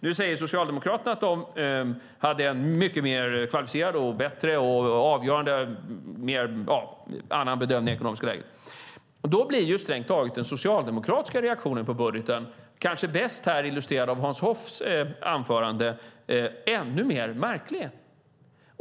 Nu säger Socialdemokraterna att de hade en mycket mer kvalificerad och bättre bedömning av det ekonomiska läget. Då blir strängt taget den socialdemokratiska reaktionen på budgeten, kanske bäst illustrerad av Hans Hoffs anförande, ännu mer märklig.